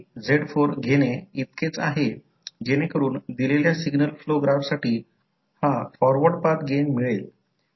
तर या कन्व्हेन्शनद्वारे सर्किटमध्ये एक डॉट ठेवला जातो आणि जर कॉइलच्या डॉट असलेल्या टर्मिनलमध्ये करंट येत असेल तर दोन मग्नेटिक कॉइलचे प्रत्येक टोक मग्नेटिक फ्लक्सची दिशा सूचित करते